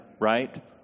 right